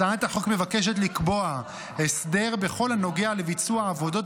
הצעת החוק מבקשת לקבוע הסדר בכל הנוגע לביצוע עבודות